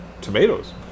tomatoes